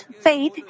faith